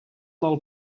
del